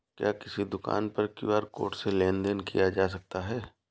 क्या किसी दुकान पर क्यू.आर कोड से लेन देन देन किया जा सकता है?